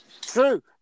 true